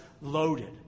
loaded